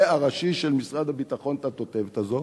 הראשי של משרד הביטחון את התותבת הזאת,